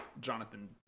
Jonathan